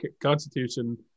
Constitution